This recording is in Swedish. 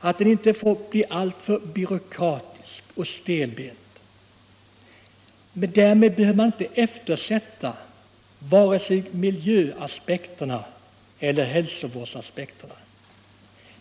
så att den inte blir alltför byråkratisk och stelbent! För den skull behöver man inte eftersätta vare sig miljöaspekterna eller hälsovårdsaspekterna.